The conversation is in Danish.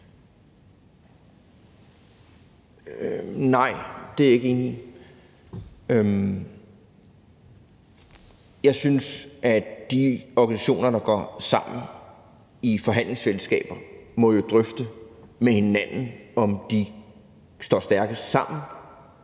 Nej, det er jeg ikke enig i. Jeg synes, at de organisationer, der går sammen i forhandlingsfællesskaber, må drøfte med hinanden, om de står stærkest sammen,